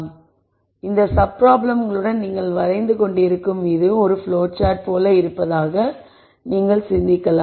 எனவே இந்த சப் ப்ராப்ளம்ளுடன் நீங்கள் வரைந்து கொண்டிருக்கும் இது ஒரு ப்ளோ சார்ட் போல இருப்பதாய் நீங்கள் சிந்திக்கலாம்